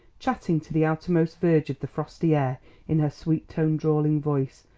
chatting to the outermost verge of the frosty air in her sweet-toned drawling voice,